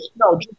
No